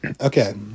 Okay